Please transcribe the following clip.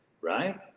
right